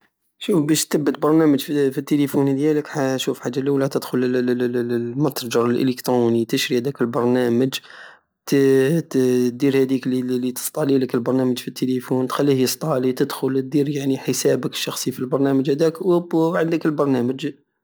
شوف بش تبت برنامج في التليفون ديالك ح- شوف الحاجة اللولى تدخل ل- متجر الاليكتروني تشري هداك البرنامج دير هادك لي تسطاليلك البرنامج في التيليفون تخليه يسطالي تدخل الدير يعني حسابك الشخصي فالبرنامج هداك واوب راه عندك البرنامج